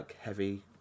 heavy